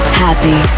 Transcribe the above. happy